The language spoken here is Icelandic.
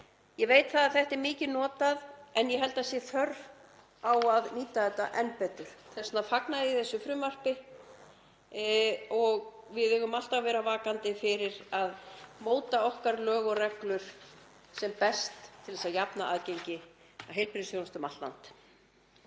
Ég veit að þetta er mikið notað en ég held að það sé þörf á að nýta þetta enn betur og þess vegna fagna ég þessu frumvarpi. Við eigum alltaf að vera vakandi fyrir að móta okkar lög og reglur sem best til að jafna aðgengi að heilbrigðisþjónustu um allt land.